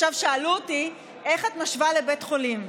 עכשיו, שאלו אותי: איך את משווה לבית חולים,